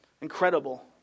Incredible